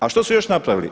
A što su još napravili?